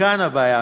ומכאן הבעיה,